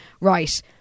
Right